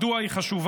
מדוע היא חשובה?